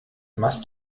machst